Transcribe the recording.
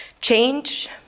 change